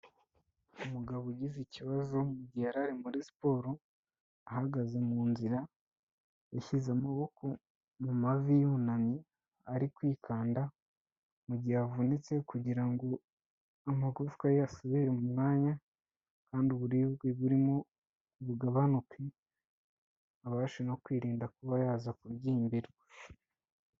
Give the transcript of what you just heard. Umugabo ugize ikibazo mu gihe yari ari muri siporo, ahagaze mu nzira yashyize amaboko mu mavi yunamye ari kwikanda, mu gihe avunitse kugira ngo amagufwa ye asubire mu mwanya kandi uburibwe burimo bugabanuke, abashe no kwirinda kuba yaza kubyimbirwa.